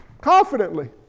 confidently